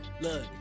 look